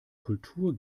kultur